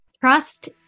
Trust